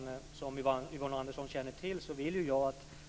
Men här gäller det också högre utbildning och andra villkor för funktionshandikappade.